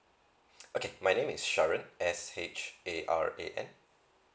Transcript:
okay my name is sharan S H A R A N